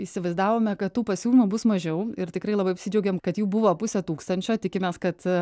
įsivaizdavome kad tų pasiūlymų bus mažiau ir tikrai labai apsidžiaugėm kad jų buvo pusė tūkstančio tikimės kad